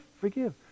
Forgive